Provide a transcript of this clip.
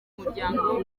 muryango